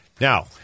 Now